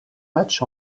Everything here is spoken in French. matchs